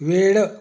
वेळ